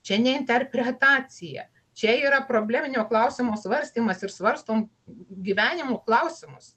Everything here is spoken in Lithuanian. čia ne interpretacija čia yra probleminio klausimo svarstymas ir svarstom gyvenimo klausimus